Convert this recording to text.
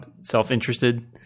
self-interested